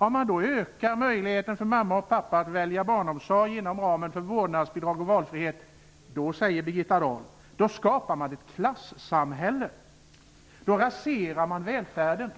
Om man då ökar möjligheten för mamma och pappa att välja barnomsorg inom ramen för vårdnadsbidragets valfrihet säger Birgitta Dahl att man skapar ett klassamhälle och raserar välfärden.